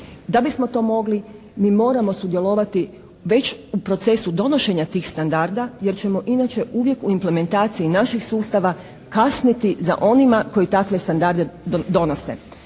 Da bismo to mogli, mi moramo sudjelovati već u procesu donošenja tih standarda jer ćemo inače uvijek u implementaciji naših sustava kasniti za onima koji takve standarde donose.